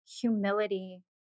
humility